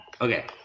Okay